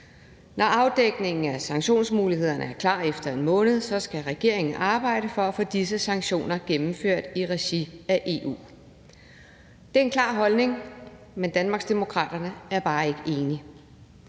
Når afdækningen af sanktionsmulighederne er klar efter en måned, skal regeringen arbejde for at få disse sanktioner gennemført i regi af EU. Det er en klar holdning, men Danmarksdemokraterne er bare ikke enige.